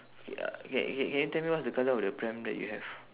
okay uh ca~ ca~ can you tell me what's the colour of the pram that you have